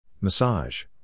Massage